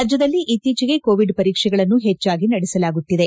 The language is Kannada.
ರಾಜ್ಯದಲ್ಲಿ ಇತ್ತೀಚೆಗೆ ಕೋವಿಡ್ ಪರೀಕ್ಷೆಗಳನ್ನು ಹೆಚ್ಚಾಗಿ ನಡೆಸಲಾಗುತ್ತಿದೆ